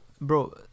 Bro